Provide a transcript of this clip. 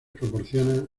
proporcionan